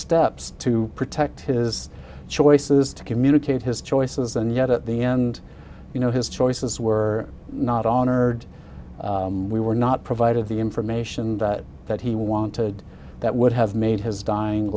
steps to protect his choices to communicate his choices and yet at the end you know his choices were not on earth we were not provided the information that he wanted that would have made his dying